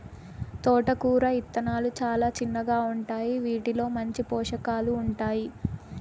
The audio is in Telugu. తోటకూర ఇత్తనాలు చానా చిన్నగా ఉంటాయి, వీటిలో మంచి పోషకాలు ఉంటాయి